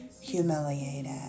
humiliated